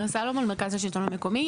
מירה סלומון, מרכז השלטון המקומי.